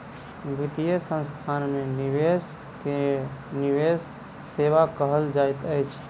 वित्तीय संस्थान में निवेश के निवेश सेवा कहल जाइत अछि